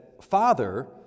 Father